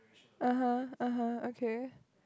(uh huh) (uh huh) okay